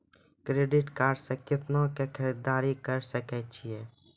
Credit card से कितना के खरीददारी करे सकय छियै?